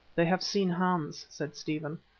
they have seen hans, said stephen.